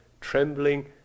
trembling